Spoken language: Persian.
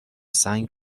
سنگ